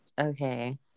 Okay